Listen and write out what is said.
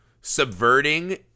subverting